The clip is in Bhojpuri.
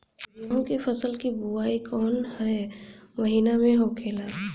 गेहूँ के फसल की बुवाई कौन हैं महीना में होखेला?